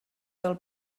del